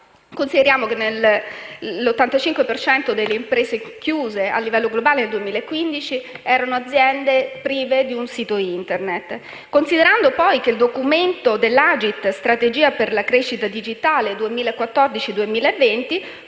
Consideriamo che l'85 per cento delle imprese chiuse a livello globale nel 2015 erano aziende prive di un sito Internet. Consideriamo inoltre che il documento dell'AGID «Strategia per la crescita digitale 2014-2020»